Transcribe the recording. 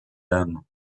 âmes